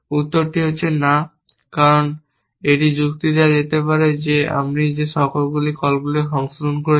উত্তরটি না কারণ এটি যুক্তি দেওয়া যেতে পারে যে আপনি যে কলগুলি সংশোধন করেছেন